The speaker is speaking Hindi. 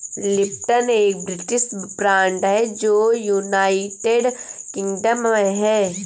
लिप्टन एक ब्रिटिश ब्रांड है जो यूनाइटेड किंगडम में है